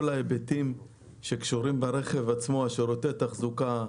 כל ההיבטים שקשורים ברכב עצמו שירותי תחזוקה,